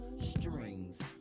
strings